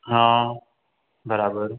हा बराबरि